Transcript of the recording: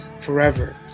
forever